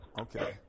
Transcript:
Okay